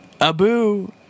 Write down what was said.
Abu